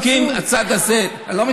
להראות לך כמה חוקים הצד הזה העביר,